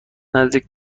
نزدیک